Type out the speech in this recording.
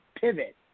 pivot